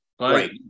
right